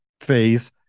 phase